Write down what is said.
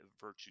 virtue